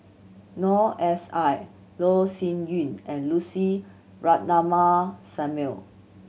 Noor S I Loh Sin Yun and Lucy Ratnammah Samuel